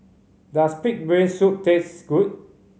does pig brain soup taste good